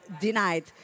denied